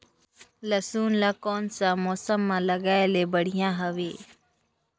लसुन ला कोन सा मौसम मां लगाय ले बढ़िया हवे?